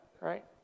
Right